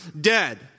dead